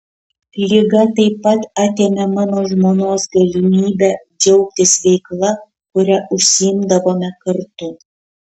liga taip pat atėmė mano žmonos galimybę džiaugtis veikla kuria užsiimdavome kartu